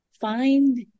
find